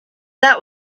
that